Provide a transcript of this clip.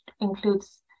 includes